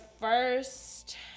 first